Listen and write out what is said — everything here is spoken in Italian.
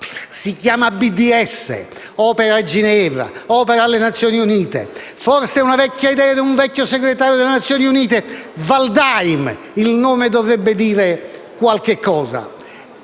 si chiama BDS, opera a Ginevra e alle Nazioni Unite, forse è una vecchia idea di un vecchio segretario delle Nazioni Unite, Waldheim (il nome dovrebbe dire qualcosa).